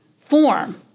form